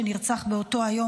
שנרצח באותו היום,